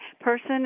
person